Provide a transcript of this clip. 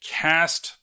cast